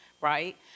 right